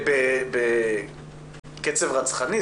ובקצב רצחני.